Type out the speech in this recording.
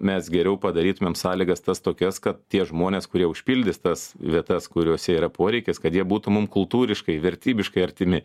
mes geriau padarytumėm sąlygas tas tokias kad tie žmonės kurie užpildys tas vietas kuriose yra poreikis kad jie būtų mum kultūriškai vertybiškai artimi